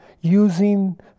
using